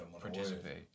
participate